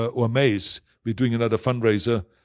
ah omaze. we're doing another fundraiser